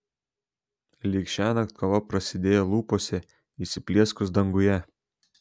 lyg šiąnakt kova prasidėjo lūpose įsiplieskus danguje